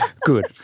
Good